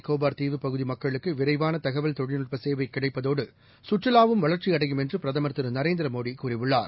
கண்ணாடி அந்தமான் தீவுப் பகுதிமக்களுக்குவிரைவானதகவல் தொழில்நுட்பசேவைகிடைப்பதோடு சுற்றுலாவும் வளர்ச்சிஅடையும் என்றுபிரதமர் திருநரேந்திரமோடிகூறியுள்ளார்